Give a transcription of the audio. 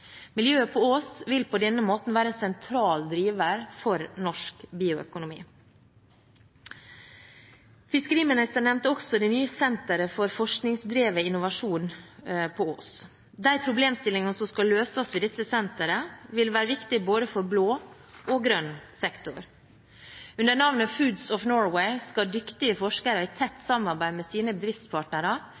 Miljøet på Ås vil på denne måten være en sentral driver for norsk bioøkonomi. Fiskeriministeren nevnte også det nye senteret for forskningsdrevet innovasjon på Ås. De problemstillingene som skal løses ved dette senteret, vil være viktige for både blå og grønn sektor. Under navnet Foods of Norway skal dyktige forskere i tett samarbeid med sine bedriftspartnere